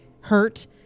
hurt